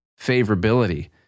favorability